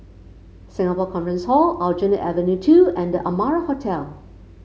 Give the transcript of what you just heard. Singapore Conference Hall Aljunied Avenue Two and The Amara Hotel